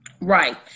Right